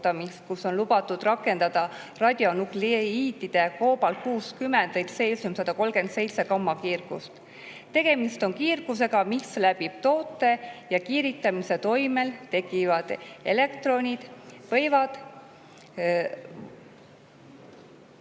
kus on lubatud rakendada radionukliidide koobalt-60 või tseesium-137 gammakiirgust. Tegemist on kiirgusega, mis läbib toote, ja kiiritamise toimel tekitavad elektronid või